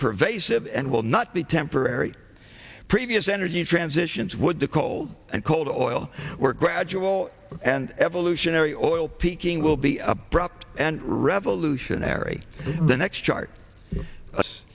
pervasive and will not be temporary previous energy transitions with the cold and cold oil were gradual and evolutionary oil peaking will be abrupt and revolutionary the next chart